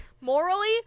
morally